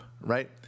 right